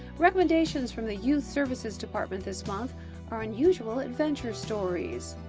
recommendations from the youth services department this month are unusual adventure stories.